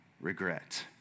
regret